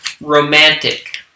Romantic